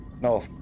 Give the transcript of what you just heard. No